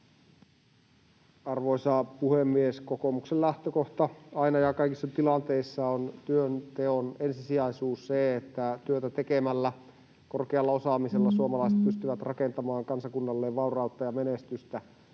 Arvoisa puhemies! Kokoomuksen lähtökohta aina ja kaikissa tilanteissa on työnteon ensisijaisuus, se, että työtä tekemällä ja korkealla osaamisella suomalaiset pystyvät rakentamaan kansakunnalleen vaurautta ja menestystä.